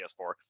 PS4